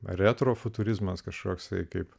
retro futurizmas kažkoks tai kaip